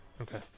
Okay